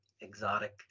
exotic